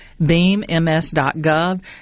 beamms.gov